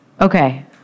Okay